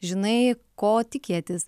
žinai ko tikėtis